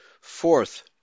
Fourth